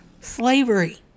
Slavery